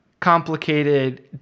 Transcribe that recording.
complicated